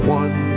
one